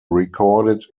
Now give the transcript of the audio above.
recorded